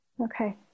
Okay